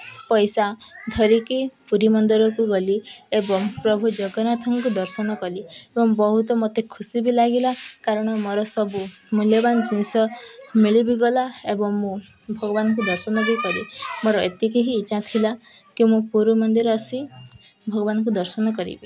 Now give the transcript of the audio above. ପଇସା ଧରିକି ପୁରୀ ମନ୍ଦିରକୁ ଗଲି ଏବଂ ପ୍ରଭୁ ଜଗନ୍ନାଥଙ୍କୁ ଦର୍ଶନ କଲି ଏବଂ ବହୁତ ମୋତେ ଖୁସି ବି ଲାଗିଲା କାରଣ ମୋର ସବୁ ମୂଲ୍ୟବାନ ଜିନିଷ ମିଳି ବିି ଗଲା ଏବଂ ମୁଁ ଭଗବାନଙ୍କୁ ଦର୍ଶନ ବି କଲି ମୋର ଏତିକି ହିଁ ଇଚ୍ଛା ଥିଲା କି ମୁଁ ପୁରୀ ମନ୍ଦିର ଆସି ଭଗବାନଙ୍କୁ ଦର୍ଶନ କରିବି